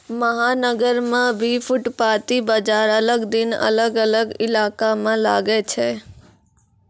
महानगर मॅ भी फुटपाती बाजार अलग अलग दिन अलग अलग इलाका मॅ लागै छै